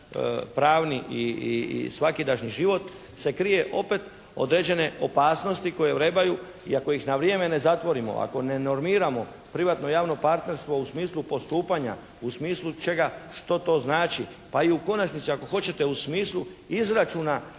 pravni i svakidašnji život se krije opet određene opasnosti koje vrebaju. I ako ih na vrijeme ne zatvorimo, ako ne normiramo privatno-javno partnerstvo u smislu postupanja, u smislu čega, što to znači, pa i u konačnici ako hoćete u smislu izračuna